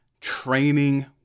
training